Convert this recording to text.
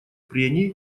прений